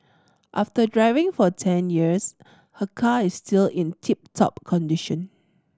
after driving for ten years her car is still in tip top condition